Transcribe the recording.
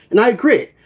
and i agree.